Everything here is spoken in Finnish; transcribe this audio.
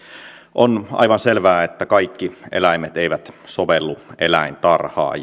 on aivan selvää että kaikki eläimet eivät sovellu eläintarhaan